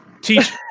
Teach